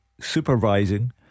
supervising